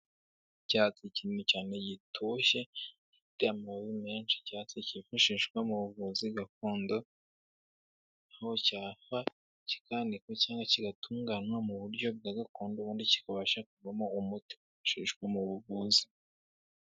Icyatsi kinini cyane gitoshye, gifite amababi menshi y'icyatsi kifashishwa mu buvuzi gakondo, aho cyanikwa cyangwa kigatunganywa mu buryo bwa gakondo, ubundi kikabasha kuvamo uwo umuti wifashishwa mu buvuzi.